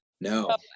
No